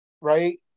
right